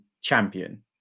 champion